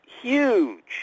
huge